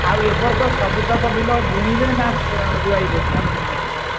ଆଉ ଏ ବର୍ଷ ସବୁତକ ବିଲ ବୁଣିବେ ନା ରୁଆଇବେ କ'ଣ ଚିନ୍ତା କରିଛନ୍ତି